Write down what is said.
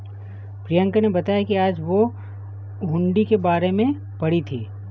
प्रियंका ने बताया कि आज वह हुंडी के बारे में पढ़ी थी